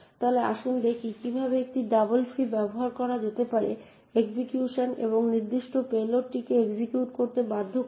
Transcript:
তাহলে আসুন দেখি কিভাবে একটি ডাবল ফ্রি ব্যবহার করা যেতে পারে এক্সিকিউশন এবং এই নির্দিষ্ট পেলোডটিকে এক্সিকিউট করতে বাধ্য করতে